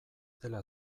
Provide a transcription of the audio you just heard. dela